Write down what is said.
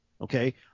okay